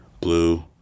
Blue